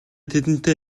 тэдэнтэй